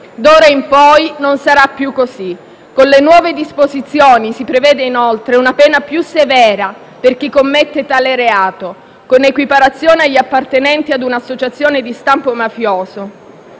D'ora in poi non sarà più così. Con le nuove disposizioni si prevede, inoltre, una pena più severa per chi commette tale reato, con l'equiparazione agli appartenenti a un'associazione di stampo mafioso